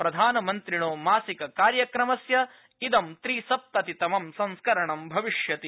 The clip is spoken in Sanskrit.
प्रधानमन्त्रिणो मासिक कार्यक्रमस्य इदं त्रिसप्ततितमं संस्करणं भविष्यति